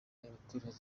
y’abaturage